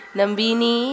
Nambini